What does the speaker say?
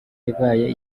ibaye